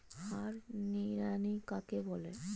হাত নিড়ানি কাকে বলে?